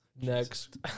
next